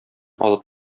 алып